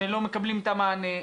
שלא מקבלים את המענה,